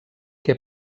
que